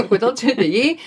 kodėl čia atėjai